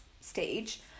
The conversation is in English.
stage